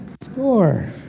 Score